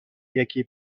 یکی